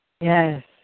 Yes